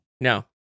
No